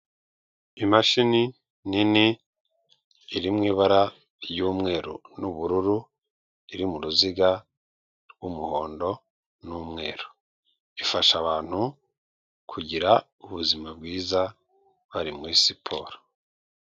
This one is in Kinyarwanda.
Imashini nini iri mu ibara ry'umweru n'ubururu iri m'uruziga rw'umuhondo, n'umweru ifasha abantu kugira ubuzima bwiza bari muri siporo.